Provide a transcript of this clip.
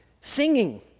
singing